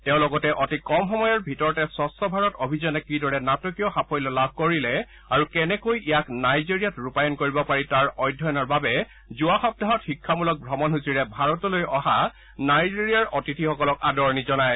তেওঁ লগতে অতি কম সময়ৰ ভিতৰতে স্বঙ্ছ ভাৰত অভিযানে কিদৰে নাটকীয় সাফল্য লাভ কৰিলে আৰু কেনেকৈ ইয়াক নাইজেৰিয়াত ৰূপায়ণ কৰিব পাৰি তাৰ অধ্যয়নৰ বাবে যোৱা সপ্তাহত শিক্ষামূলক ভ্ৰমণসূচীৰে ভাৰতলৈ অহা নাইজেৰিয়াৰ অতিথিসকলক আদৰণি জনায়